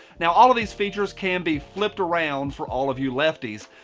now all of these features can be flipped around for all of you lefties.